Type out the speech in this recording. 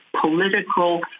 political